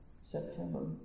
September